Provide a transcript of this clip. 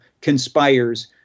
conspires